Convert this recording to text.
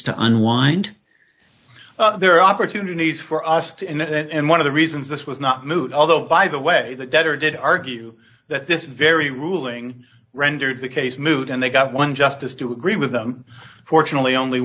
to unwind there are opportunities for us to and one of the reasons this was not moot although by the way the debtor did argue that this very ruling rendered the case moot and they got one justice to agree with them fortunately only